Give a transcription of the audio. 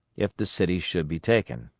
if the city should be taken.